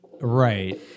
Right